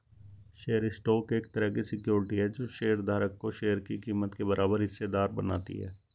share stock एक तरह की सिक्योरिटी है जो शेयर धारक को शेयर की कीमत के बराबर हिस्सेदार बनाती है